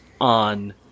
on